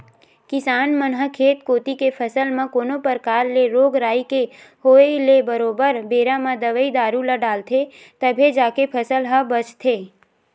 किसान मन ह खेत कोती के फसल म कोनो परकार ले रोग राई के होय ले बरोबर बेरा म दवई दारू ल डालथे तभे जाके फसल ह बचथे